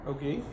Okay